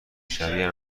شبیه